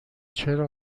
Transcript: چرا